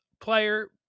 player